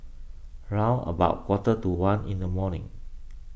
round about quarter to one in the morning